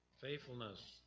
Faithfulness